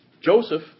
Joseph